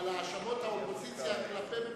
הוא משיב על האשמות האופוזיציה כלפי ממשלתו.